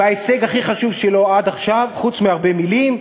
וההישג הכי חשוב שלו עד עכשיו, חוץ מהרבה מילים,